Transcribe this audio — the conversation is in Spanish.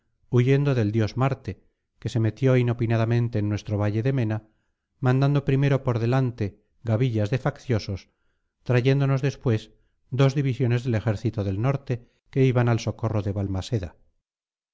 huyendo del dios marte que se metió inopinadamente en nuestro valle de mena mandando primero por delante gavillas de facciosos trayéndonos después dos divisiones del ejército del norte que iban al socorro de balmaseda